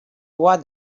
what